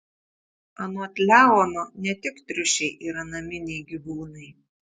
anot leono ne tik triušiai yra naminiai gyvūnai